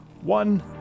one